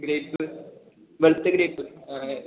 grape വെളുത്ത grape ആ അതെ